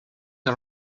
you